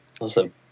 Awesome